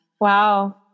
Wow